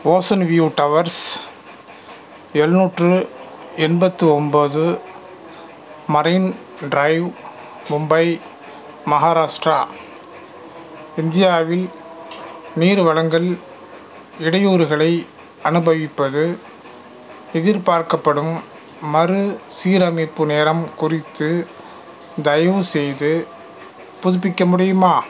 ocean view towers எழுநூற்று எண்பத்து ஒம்பது மரைன் டிரைவ் மும்பை மஹாராஷ்டிரா இந்தியாவில் நீர் வழங்கல் இடையூறுகளை அனுபவிப்பது எதிர்பார்க்கப்படும் மறுசீரமைப்பு நேரம் குறித்து தயவுசெய்து புதுப்பிக்க முடியுமா